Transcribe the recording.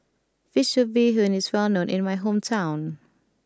Fish Soup Bee Hoon is well known in my hometown